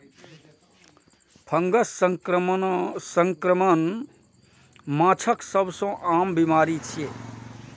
fungus संक्रमण माछक सबसं आम बीमारी छियै